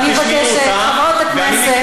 אני מבקשת, חברות הכנסת, תתאפקו.